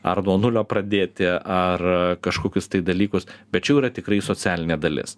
ar nuo nulio pradėti ar kažkokius tai dalykus bet čia jau yra tikrai socialinė dalis